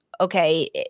Okay